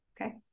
Okay